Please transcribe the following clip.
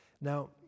Now